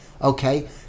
Okay